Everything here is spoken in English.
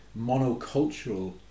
monocultural